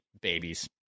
babies